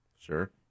Sure